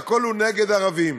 והכול הוא נגד ערבים.